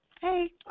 Hey